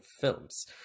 films